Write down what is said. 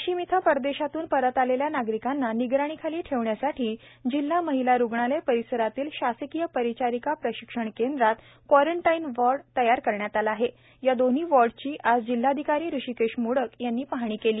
वाशिम इथं परदश्वातून परत आलक्ष्या नागरिकांना निगराणीखाली ठक्वण्यासाठी जिल्हा महिला रुग्णालय परिसरातील शासकीय परिचारिका प्रशिक्षण केंद्रात क्वारंटाईन वाई तयार करण्यात आला आहप या दोन्ही वाईची आज जिल्हाधिकारी हृषीकश मोडक यांनी पाहणी कल्ली